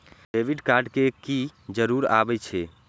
Debit card के की जरूर आवे छै?